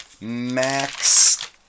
Max